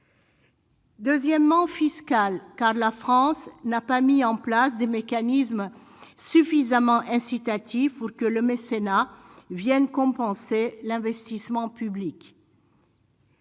Deuxièmement fiscale car la France n'a pas mis en place des mécanismes suffisamment incitative pour que le mécénat viennent compenser l'investissement public.